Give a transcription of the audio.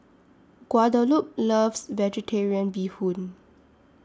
Guadalupe loves Vegetarian Bee Hoon